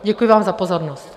Děkuji vám za pozornost.